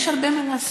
יש הרבה מה לעשות,